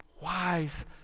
wise